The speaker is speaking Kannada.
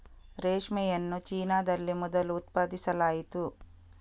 ರೇಷ್ಮೆಯನ್ನು ಚೀನಾದಲ್ಲಿ ಮೊದಲು ಉತ್ಪಾದಿಸಲಾಯಿತು